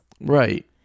right